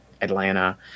Atlanta